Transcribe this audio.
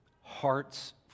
hearts